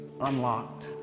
unlocked